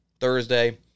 Thursday